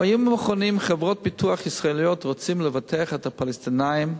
בימים האחרונים חברות ביטוח ישראליות רוצות לבטח את הפלסטינים,